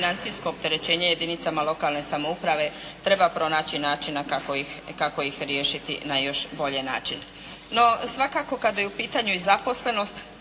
financijsko opterećenje jedinicama lokalne samouprave treba pronaći način kako ih riješiti na još bolje načine. No, svakako kada je u pitanju i zaposlenost,